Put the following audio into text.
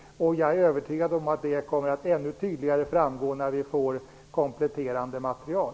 Jag är övertygad om att det kommer att framgå ännu tydligare när vi får kompletterande material.